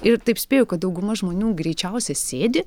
ir taip spėju kad dauguma žmonių greičiausia sėdi